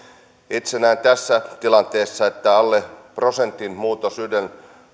näen tässä tilanteessa että alle prosentin muutos ylen